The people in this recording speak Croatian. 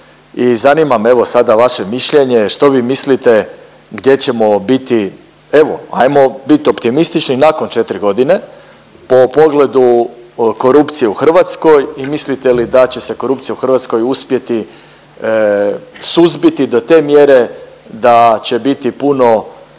i zanima me evo sada vaše mišljenje što vi mislite gdje ćemo biti, evo ajmo biti optimistični nakon 4 godine po pogledu korupcije u Hrvatskoj i mislite li da će se korupcija u Hrvatskoj uspjeti suzbiti do te mjere da će biti puno